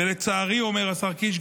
ולצערי, אומר השר קיש,